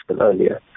earlier